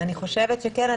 אני חושבת שכן.